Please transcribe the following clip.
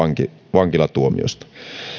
vankilatuomiosta